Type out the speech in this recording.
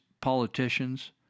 politicians